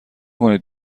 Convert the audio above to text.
کنید